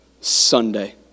Sunday